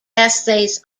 essays